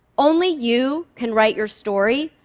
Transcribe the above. only you can write your story,